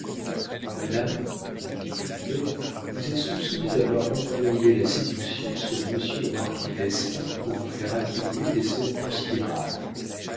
madame lui dit popinot vous êtes soupçonnée d'avoir employé la séduction sur monsieur le marquis d'espard pour vous faire attribuer des sommes considérables